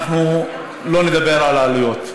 אנחנו לא נדבר על העלויות,